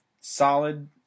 solid